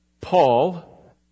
Paul